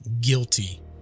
guilty